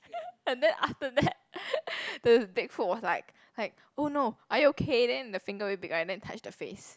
uh and then after that uh the Big Foot was like like oh no are you okay then the finger very big right then touch the face